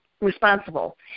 responsible